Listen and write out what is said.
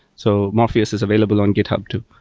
so morpheus is available on github too.